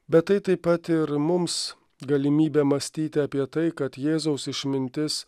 bet tai taip pat ir mums galimybę mąstyti apie tai kad jėzaus išmintis